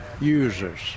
users